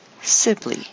Sibley